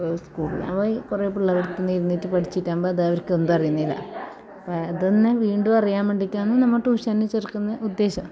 ഇപ്പം സ്കൂളിലൊക്കെ കുറേ പിള്ളേരടുത്ത് ഇരുന്നിട്ട് പഠിച്ചിട്ടാകുമ്പോൾ അതവർക്ക് എന്താണ് അറിയുന്നില്ല അപ്പം അത് തന്നെ വീണ്ടും അറിയാൻ വേണ്ടിയിട്ടാണ് നമ്മൾ ട്യൂഷന് ചേർക്കുന്നതിൻ്റെ ഉദ്ദേശം